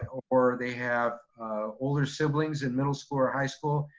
or they have older siblings in middle school or high school,